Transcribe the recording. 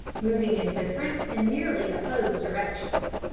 moving in different and nearly opposed directions.